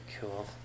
Cool